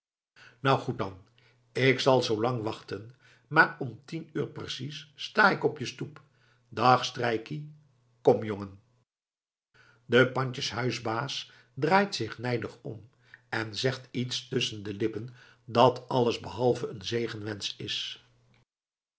nou goed dan k zal zoolang wachten maar om tien uur precies sta ik op je stoep dag strijkkie kom jongen de pandjeshuisbaas draait zich nijdig om en zegt iets tusschen de lippen dat allesbehalve een zegenwensch is